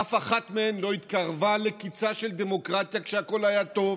אף אחת מהן לא התקרבה לקיצה של דמוקרטיה כשהכול היה טוב,